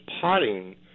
potting